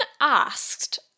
asked